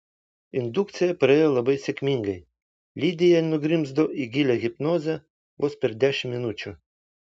indukcija praėjo labai sėkmingai lidija nugrimzdo į gilią hipnozę vos per dešimt minučių